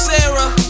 Sarah